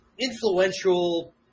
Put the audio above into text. influential